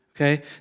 Okay